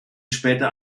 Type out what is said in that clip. später